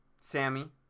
Sammy